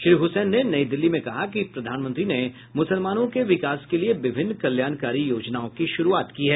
श्री हुसैन ने नई दिल्ली में कहा कि प्रधानमंत्री ने मुसलमानों के विकास के लिए विभिन्न कल्याणकारी योजनाओं की शुरूआत की है